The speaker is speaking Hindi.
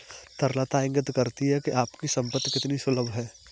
तरलता इंगित करती है कि आपकी संपत्ति कितनी सुलभ है